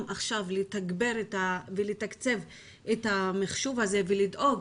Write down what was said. לתגבר ולתקצב עכשיו את המחשוב הזה ולדאוג